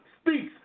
speaks